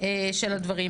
של הדברים,